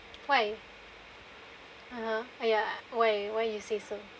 why mmhmm ah ya why why you say so